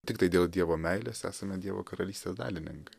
tiktai dėl dievo meilės esame dievo karalystės dalininkai